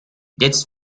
jetzt